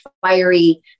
fiery